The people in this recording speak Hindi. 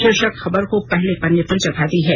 शीर्षक खबर को अपने पहले पन्ने पर जगह दी है